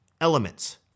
elements